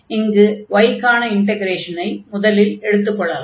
இங்கு y க்கான இன்டக்ரேஷனை முதலில் எடுத்துக்கொள்ளலாம்